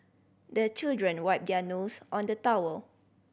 the children wipe their nose on the towel